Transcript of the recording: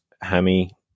hammy